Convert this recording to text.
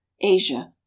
Asia